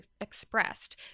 expressed